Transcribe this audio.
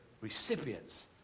recipients